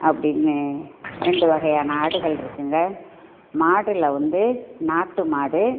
அப்படினு ரெண்டு வகையான ஆடுகள் இருக்குதுங்க மாடுல வந்து நாட்டு மாடு